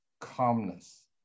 calmness